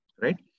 Right